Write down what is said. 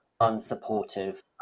unsupportive